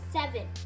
seven